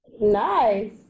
Nice